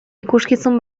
ikuskizun